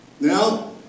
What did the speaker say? Now